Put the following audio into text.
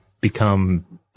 become